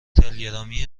تلگرامی